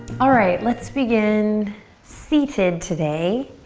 alright, let's begin seated today.